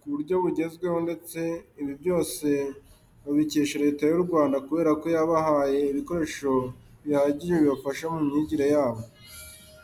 ku buryo bugezweho ndetse ibi byose babicyesha Leta y'u Rwanda kubera ko yabahaye ibikoresho bihagije bifashisha mu myigire yabo.